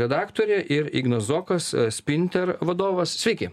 redaktorė ir ignas zokas sprinter vadovas sveiki